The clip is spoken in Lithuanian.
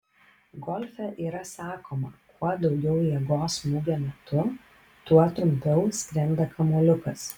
golfe yra sakoma kuo daugiau jėgos smūgio metu tuo trumpiau skrenda kamuoliukas